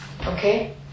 Okay